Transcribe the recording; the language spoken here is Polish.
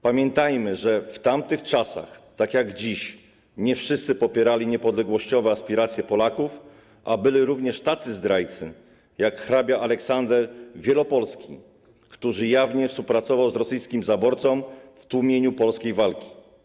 Pamiętajmy, że w tamtych czasach, tak jak dziś, nie wszyscy popierali niepodległościowe aspiracje Polaków, a byli również tacy zdrajcy, jak hrabia Aleksander Wielopolski, którzy jawnie współpracowali z rosyjskim zaborcą w tłumieniu polskiej walki.